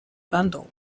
bundle